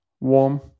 warm